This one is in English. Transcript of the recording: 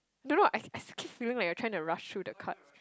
don't know I I keep feeling like you're trying to rush through the cards